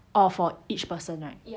oh for each person right